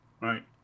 right